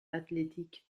athletic